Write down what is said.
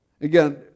Again